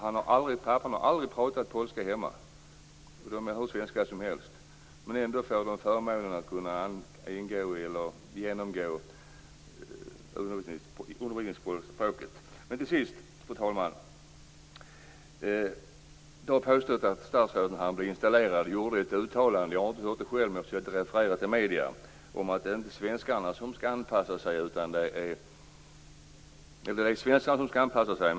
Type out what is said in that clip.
Han har aldrig pratat polska hemma, och barnen är hur svenska som helst. Ändå får de förmånen att genomgå undervisning i polska språket. Fru talman! Det har påståtts att statsrådet när han blev installerad gjorde ett uttalande - jag har inte hört det själv, men jag har sett det refererat i medierna - om att det är svenskarna, inte invandrarna, som skall anpassa sig.